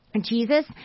Jesus